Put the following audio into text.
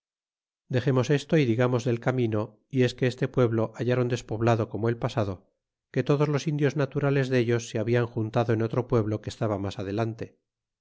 dexernos esto y digamos del camino y es que este pueblo hallron despoblado como el pasado que todos los indios naturales dellos se hablan juntado en otro pueblo que estaba mas adelante